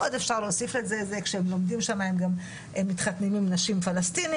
עוד אפשר להוסיף על זה שכשהם לומדים שם הם מתחתנים עם נשים פלסטיניות,